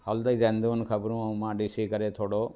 हलंदी रहंदियूं आहिनि ख़बरूं ऐं मां ॾिसी करे थोरो